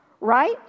right